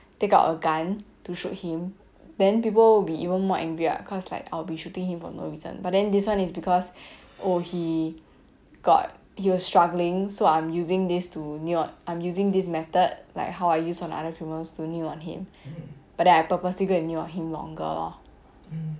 take out a gun to shoot him then people will be even more angry ah cause like I will be shooting him for no reason but then this one is because oh he got he was struggling so I'm using this to kneel on I'm using this method like how I used on other criminals to kneel on him but then I purposely go and kneel on him longer lah